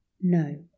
No